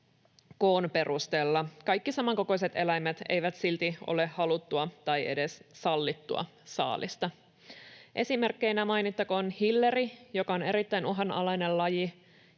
koon perusteella. Kaikki samankokoiset eläimet eivät silti ole haluttua tai edes sallittua saalista. Esimerkkeinä mainittakoon hilleri, joka on erittäin uhanalainen laji